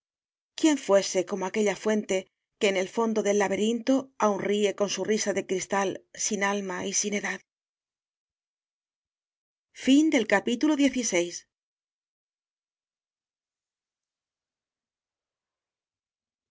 quién fuese como aquella fuente que en el fondo del laberinto aún ríe con su risa de cristal sin alma y sin edad